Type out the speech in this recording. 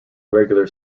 regular